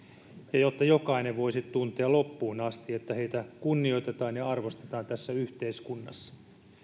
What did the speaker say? ja jotta jokainen voisi tuntea loppuun asti että häntä kunnioitetaan ja arvostetaan tässä yhteiskunnassa